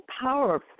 Power